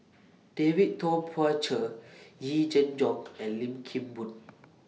David Tay Poey Cher Yee Jenn Jong and Lim Kim Boon